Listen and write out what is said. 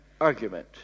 argument